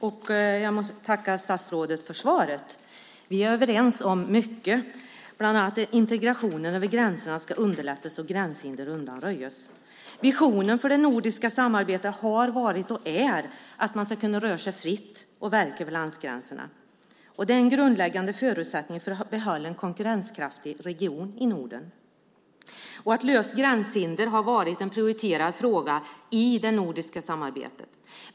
Fru talman! Jag måste tacka statsrådet för svaret. Vi är överens om mycket, bland annat att integrationen över gränserna ska underlättas och gränshinder undanröjas. Visionen för det nordiska samarbetet har varit och är att man ska kunna röra sig fritt och verka över landsgränserna. Det är en grundläggande förutsättning för att behålla en konkurrenskraftig region i Norden. Att lösa gränshinder har varit en prioriterad fråga i det nordiska samarbetet.